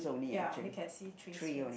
ya only can see three rings